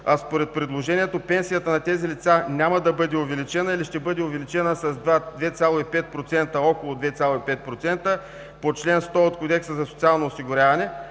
според предложението пенсията на тези лица няма да бъде увеличена или ще бъде увеличена с 2,5% или около тази цифра по чл. 100 от Кодекса за социално осигуряване,